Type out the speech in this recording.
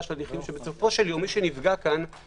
של הליכים שבסופו של יום מי שנפגע הוא הציבור.